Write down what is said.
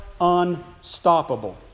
unstoppable